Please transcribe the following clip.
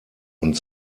und